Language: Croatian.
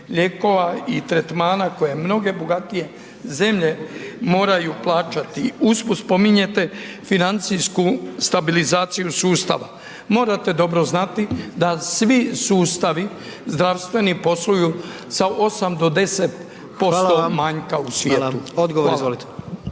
i tretmana koje mnoge bogatije zemlje moraju plaćati. Usput spominjete financijsku stabilizaciju sustava. Morate dobro znati da svi sustavi zdravstveni posluju sa osam do deset posto manjka u svijetu. Hvala. **Jandroković,